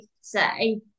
say